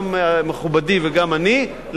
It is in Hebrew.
גם מכובדי וגם אני,